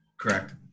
correct